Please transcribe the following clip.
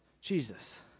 Jesus